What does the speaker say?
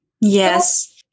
Yes